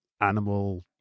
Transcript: animal